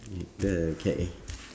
the eh